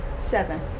Seven